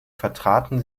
vertraten